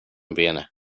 vienna